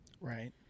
Right